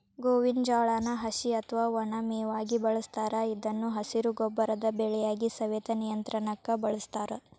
ಗೋವಿನ ಜೋಳಾನ ಹಸಿ ಅತ್ವಾ ಒಣ ಮೇವಾಗಿ ಬಳಸ್ತಾರ ಇದನ್ನು ಹಸಿರು ಗೊಬ್ಬರದ ಬೆಳೆಯಾಗಿ, ಸವೆತ ನಿಯಂತ್ರಣಕ್ಕ ಬಳಸ್ತಾರ